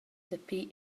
dapi